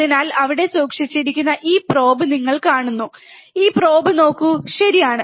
അതിനാൽ ഇവിടെ സൂക്ഷിച്ചിരിക്കുന്ന ഈ പ്രോബ് നിങ്ങൾ കാണുന്നു ഈ പ്രോബ്നോക്കൂ ശരിയാണ്